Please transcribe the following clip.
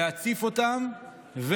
להציף אותם,